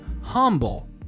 humble